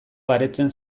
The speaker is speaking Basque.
baretzen